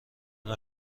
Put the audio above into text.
نوع